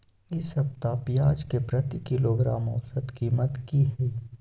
इ सप्ताह पियाज के प्रति किलोग्राम औसत कीमत की हय?